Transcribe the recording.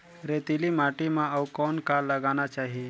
रेतीली माटी म अउ कौन का लगाना चाही?